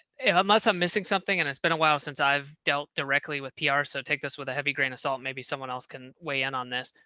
unless i'm missing something. and it's been a while since i've dealt directly with pr. so take this with a heavy grain of salt. maybe someone else can weigh in on this,